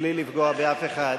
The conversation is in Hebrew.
בלי לפגוע באף אחד,